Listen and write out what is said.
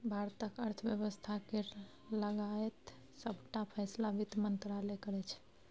भारतक अर्थ बेबस्था केर लगाएत सबटा फैसला बित्त मंत्रालय करै छै